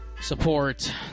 Support